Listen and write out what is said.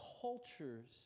culture's